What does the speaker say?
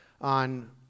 on